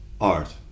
art